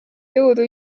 jõudu